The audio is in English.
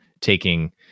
taking